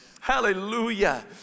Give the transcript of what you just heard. hallelujah